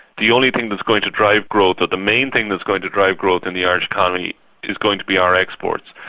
the only thing that's going to drive growth, or the main thing that's going to drive growth in the irish economy is going to be our exports.